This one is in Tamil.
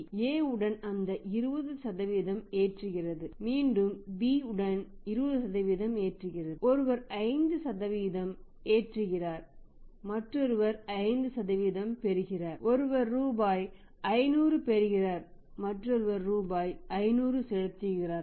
A உடன் அந்த 20 ஏற்றுகிறது மீண்டும் B உடன் 20 ஏற்றுகிறது ஒருவர் 5 செலுத்துகிறார் மற்றொருவர் 5 பெறுகிறார் ஒருவர் ரூபாய் 500 பெறுகிறார் மற்றொருவர் ரூபாய் 500 செலுத்துகிறார்